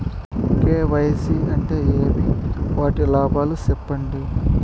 KYC అంటే ఏమి? వాటి లాభాలు సెప్పండి?